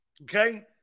Okay